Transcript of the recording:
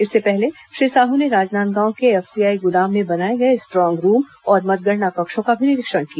इससे पहले श्री साहू ने राजनादगांव के एफसीआई गोदाम में बनाए गए स्ट्रांग रूम और मतगणना कक्षों का भी निरीक्षण किया